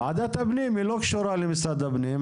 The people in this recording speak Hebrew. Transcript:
ועדת הפנים היא לא קשורה למשרד הפנים,